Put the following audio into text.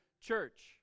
church